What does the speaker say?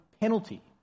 penalty